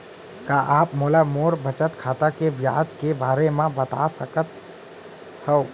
का आप मोला मोर बचत खाता के ब्याज के बारे म बता सकता हव?